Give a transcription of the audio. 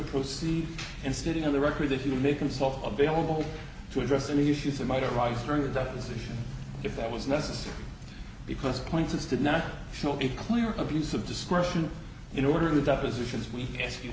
proceed and sitting on the record that he may consult a bill to address any issues that might arise during the deposition if that was necessary because a point is did not show it clear abuse of discretion in order to depositions we ask you